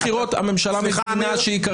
הבהרה לכנסת מתכתבת עם מה שציטטת.